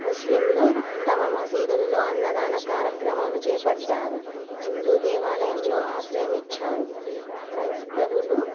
ముస్లింలు తమ మసీదుల్లో అన్నదాన కార్యక్రమాలు చేపట్టారు హిందూ దేవాలయంలో ఆశ్రయమిచ్చారు క్రైస్తవులు